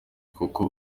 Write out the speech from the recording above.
kuko